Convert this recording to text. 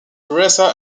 teresa